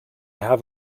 have